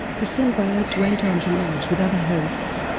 the symbiote went on to merge with other hosts,